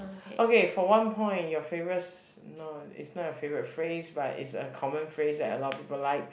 okay for one point your favorite ph~ no it's not your favorite phrase but it's a common phrase that a lot of people like